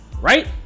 Right